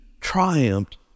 triumphed